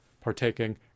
partaking